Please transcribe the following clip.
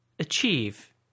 achieve